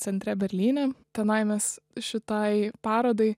centre berlyne tenai mes šitai parodai